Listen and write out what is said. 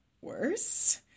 worse